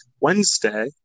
Wednesday